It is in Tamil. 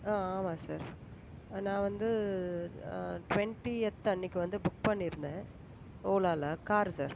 ஆமாம் சார் நான் வந்து டுவன்ட்டியத் அன்னிக்கு வந்து புக் பண்ணியிருந்தேன் ஓலாவில் கார் சார்